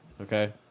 Okay